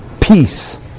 peace